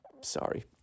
sorry